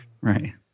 Right